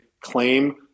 claim